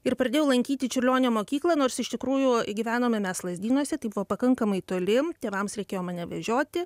ir pradėjau lankyti čiurlionio mokyklą nors iš tikrųjų gyvenome mes lazdynuose tai buvo pakankamai toli tėvams reikėjo mane vežioti